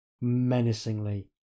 menacingly